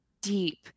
deep